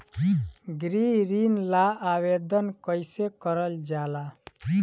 गृह ऋण ला आवेदन कईसे करल जाला?